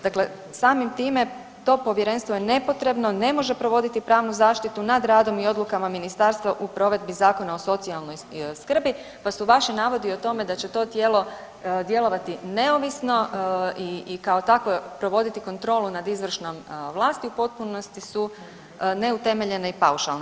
Dakle, samim time to povjerenstvo je nepotrebno, ne može provoditi pravnu zaštitu nad radom i odlukama ministarstva u provedbi Zakona o socijalnoj skrbi, pa su vaši navodi o tome da će to tijelo djelovati neovisno i kao takvo provoditi kontrolu nad izvršnom vlasti u potpunosti su neutemeljene i paušalne.